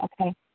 Okay